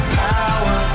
power